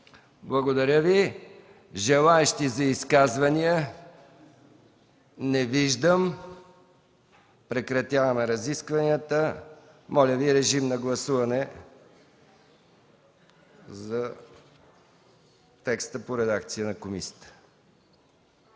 Благодаря Ви. Желаещи за изказвания? Не виждам. Прекратяваме разискванията. Режим на гласуване за текста в редакцията на комисията.